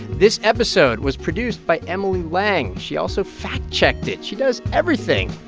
this episode was produced by emily lang. she also fact-checked it. she does everything.